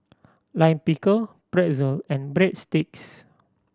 Lime Pickle Pretzel and Breadsticks